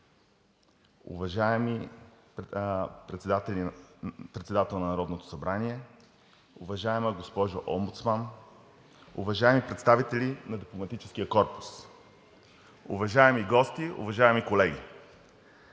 уважаеми председатели на Народното събрание, уважаема госпожо Омбудсман, уважаеми представители на Дипломатическия корпус, уважаеми гости, уважаеми колеги!